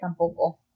tampoco